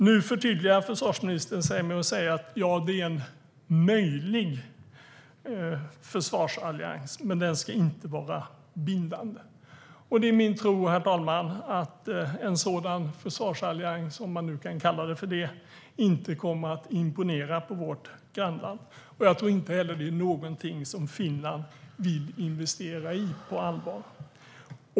Nu förtydligar sig försvarsministern med att säga att det är fråga om en möjlig försvarsallians, men den ska inte vara bindande. Det är min tro att en sådan försvarsallians, om man nu kan kalla den för det, inte kommer att imponera på vårt grannland. Jag tror inte heller att det är någonting som Finland vill investera i på allvar.